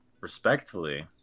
respectfully